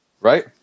Right